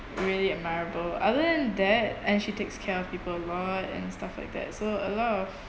really admirable other than that and she takes care of people a lot and stuff like that so a lot of